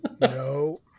no